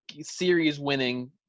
series-winning